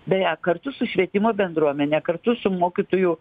beje kartu su švietimo bendruomene kartu su mokytojų